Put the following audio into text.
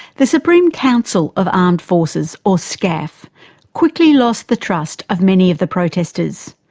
the supreme council of armed forces or scaf quickly lost the trust of many of the protestors.